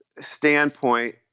standpoint